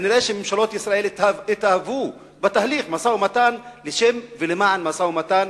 ממשלות ישראל כנראה התאהבו בתהליך המשא-ומתן לשם ולמען משא-ומתן,